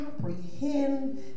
comprehend